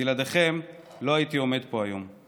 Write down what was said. בלעדיכם לא הייתי עומד פה היום.